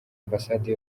ambasade